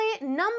number